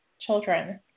children